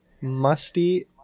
musty